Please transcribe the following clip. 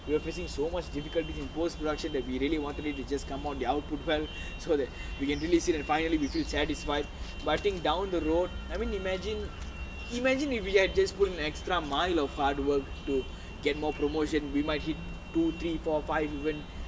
we are facing so much difficulty in post production that we really wanted to just come out the output well so that we can release it and finally you feel satisfied but I think down the road I mean imagine imagine if we had just put in extra mile of hard work to get more promotion we might hit two three four five even